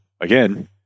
again